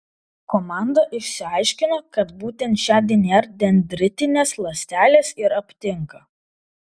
komanda išsiaiškino kad būtent šią dnr dendritinės ląstelės ir aptinka